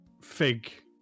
Fig